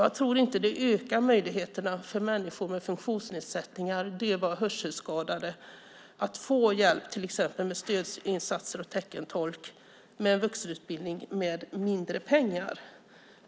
Jag tror inte att det ökar möjligheterna för människor med funktionsnedsättningar, döva och hörselskadade, att till exempel få hjälp med stödinsatser och teckentolk med en vuxenutbildning med mindre pengar.